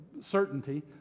certainty